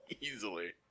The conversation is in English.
Easily